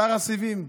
שר הסיבים,